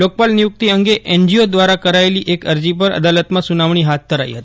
લોકપાલ નિયુક્તિ અંગે એનજીઓ દ્વારા કરાયેલી એક અરજી પર અદાલતમાં સુનાવણી હાથ ધરાઈ હતી